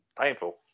painful